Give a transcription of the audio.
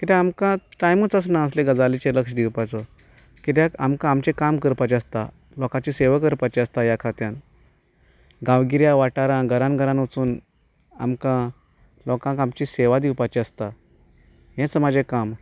कित्याक आमकां टायमूच आसना असल्या गजालींचेर लक्ष दिवपाचो कित्याक आमकां आमचें काम करपाचें आसता लोकांची सेवा करपाची आसता ह्या खात्यांत गांवगिऱ्या वाठारांत घरा घरांत वचून आमकां लोकांक आमची सेवा दिवपाची आसता हेंच म्हजें काम